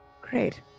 Great